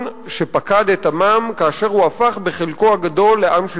שפקד את עמם כאשר הוא הפך בחלקו הגדול לעם של